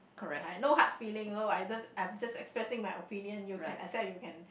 I no hard feeling loh I just I'm just expressing my opinion you can accept you can